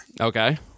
Okay